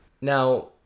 Now